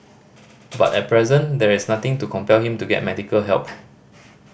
but at present there is nothing to compel him to get medical help